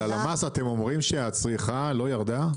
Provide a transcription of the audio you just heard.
אבל הלמ"ס אתם אומרים שהצריכה לא ירדה?